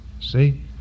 See